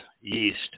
yeast